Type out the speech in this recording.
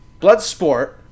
Bloodsport